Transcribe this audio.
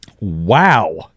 Wow